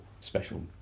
special